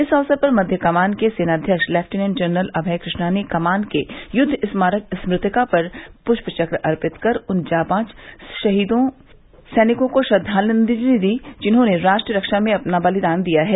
इस अवसर पर मध्य कमान के सेनाव्यक्ष लेफ़्टिनेंट जनरल अभय कृष्णा ने कमान के युद्ध स्मारक स्मृतिका पर पुष्प चक्र अर्पित कर उन जाबांज शहीद सैनिकों को श्रद्वाजलि दी जिन्होंने राष्ट्र रक्षा में अपना बलिदान दिया है